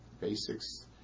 basics